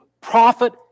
prophet